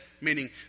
Meaning